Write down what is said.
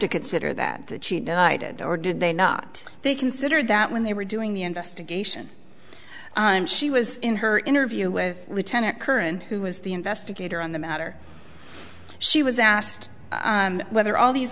to consider that that she did i did or did they not they considered that when they were doing the investigation and she was in her interview with lieutenant curran who was the investigator on the matter she was asked whether all these